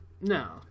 no